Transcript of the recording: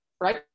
right